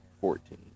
fourteen